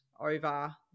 over